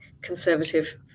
conservative